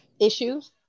issues